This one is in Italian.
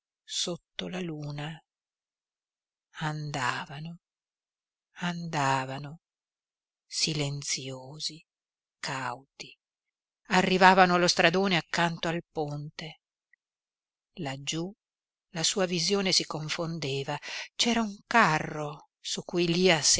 sotto la luna andavano andavano silenziosi cauti arrivavano allo stradone accanto al ponte laggiú la sua visione si confondeva c'era un carro su cui lia